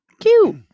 cute